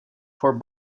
for